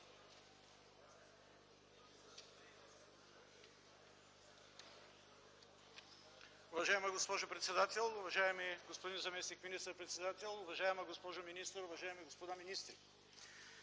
Уважаема госпожо председател, уважаеми господин заместник министър-председател, уважаема госпожо министър, уважаеми господа министри!